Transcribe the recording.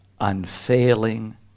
unfailing